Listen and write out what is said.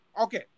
Okay